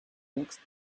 next